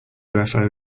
ufo